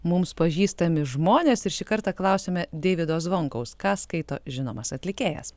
mums pažįstami žmonės ir šį kartą klausiame deivido zvonkaus ką skaito žinomas atlikėjas